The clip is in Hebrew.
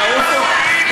יעופו?